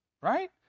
right